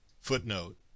Footnote